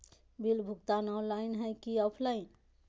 Bill भुगतान online है की ऑफलाइन?